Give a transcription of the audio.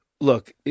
look